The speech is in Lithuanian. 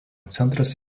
centras